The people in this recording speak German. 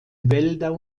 wälder